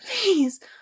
please